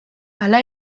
hala